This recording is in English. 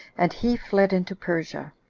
and he fled into persia.